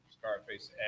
Scarface